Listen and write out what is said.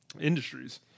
industries